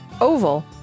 Oval